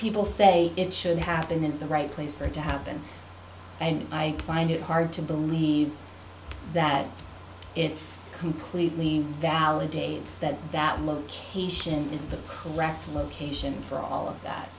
people say it should happen it's the right place for it to happen and i find it hard to believe that it's completely validates that that location is the correct location for all of that